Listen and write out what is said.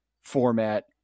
format